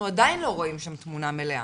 אנחנו עדיין לא רואים שם תמונה מלאה.